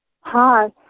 Hi